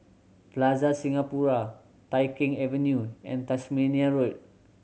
Plaza Singapura Tai Keng Avenue and Tasmania Road